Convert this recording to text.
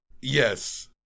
Yes